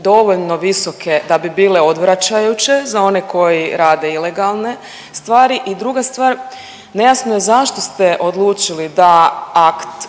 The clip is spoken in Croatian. dovoljno visoke da bi bile odvračajuće za one koji rade ilegalne stvari? I druga stvar nejasno je zašto ste odlučili da akt